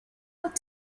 what